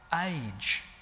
age